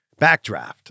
Backdraft